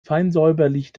feinsäuberlich